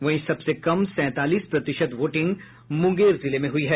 वहीं सबसे कम सैंतालीस प्रतिशत वोटिंग मुंगेर जिले में हुई है